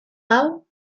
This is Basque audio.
hau